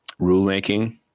rulemaking